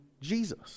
Jesus